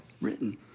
written